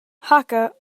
hakka